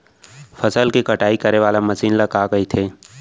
फसल की कटाई करे वाले मशीन ल का कइथे?